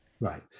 right